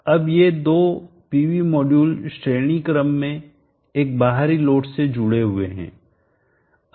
अब ये दो PV मॉड्यूल श्रेणी क्रम में एक बाहरी लोड से जुड़े हुए हैं